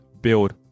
build